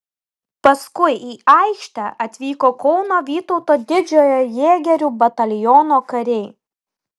paskui į aikštę atvyko kauno vytauto didžiojo jėgerių bataliono kariai